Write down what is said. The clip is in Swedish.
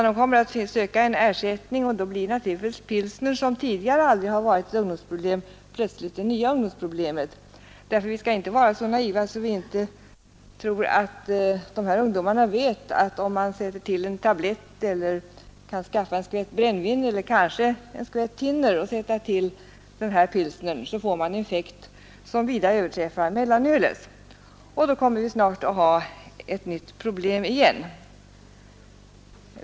De kommer att söka en ersättning, och då kommer naturligtvis pilsnern, som tidigare aldrig varit något ungdomsproblem, plötsligt att bli det nya ungdomsproblemet. Vi skall inte vara så naiva att vi tror att dessa ungdomar inte vet att om man till pilsnern sätter en tablett, en skvätt brännvin eller en skvätt thinner så får man en effekt som vida överträffar mellanölets.